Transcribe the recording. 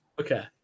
Okay